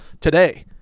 today